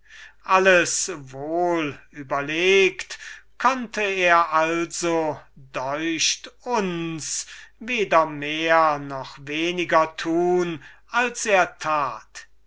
alles wohl überlegt konnte er also deucht uns nichts mehr tun als was er tat